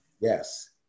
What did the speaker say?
Yes